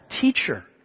teacher